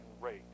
rate